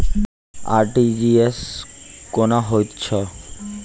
RTGS कोना होइत छै?